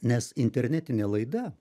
nes internetinė laida